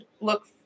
look